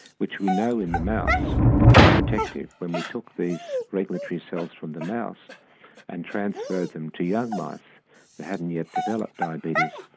which we know in the mouse are protective. when we took these regulatory cells from the mouse and transferred them to young mice that hadn't yet developed diabetes,